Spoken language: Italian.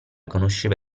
conosceva